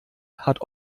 hat